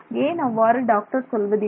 ஏன் அவ்வாறு டாக்டர் சொல்வதில்லை